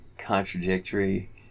contradictory